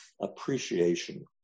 appreciation